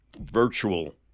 virtual